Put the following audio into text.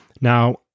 Now